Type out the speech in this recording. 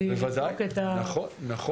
נכון.